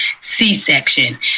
C-section